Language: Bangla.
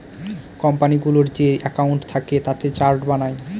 কোম্পানিগুলোর যে একাউন্ট থাকে তাতে চার্ট বানায়